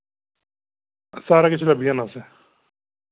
सारा किश लब्भी जाना तुसें